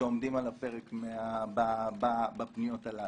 שעומדים על הפרק בפניות הללו.